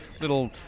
little